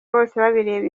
bosebabireba